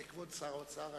כבוד שר האוצר,